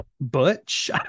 butch